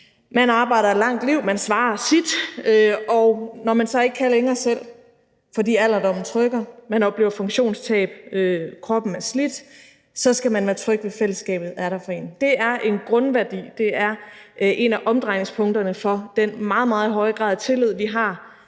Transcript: Man arbejder et langt liv, og man svarer sit, og når man så ikke længere kan selv, fordi alderdommen trykker – man oplever funktionstab, og kroppen er slidt – så skal man være tryg ved, at fællesskabet er der for en. Det er en grundværdi. Det er et af omdrejningspunkterne for den meget, meget høje grad af tillid, vi har